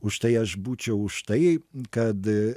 užtai aš būčiau už tai kad